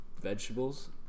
vegetables